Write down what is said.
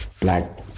black